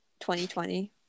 2020